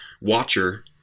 Watcher